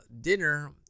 dinner